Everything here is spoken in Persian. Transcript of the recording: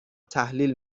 تحلیل